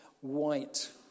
white